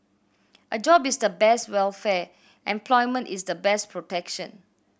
a job is the best welfare employment is the best protection